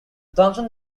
thomson